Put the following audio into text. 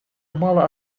мало